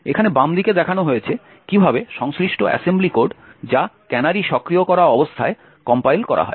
এখানে বাম দিকে দেখানো হয়েছে কিভাবে সংশ্লিষ্ট অ্যাসেম্বলি কোড যা ক্যানারি সক্রিয় করা অবস্থায় কম্পাইল করা হয়